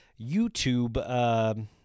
youtube